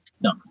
no